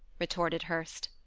retorted hurst.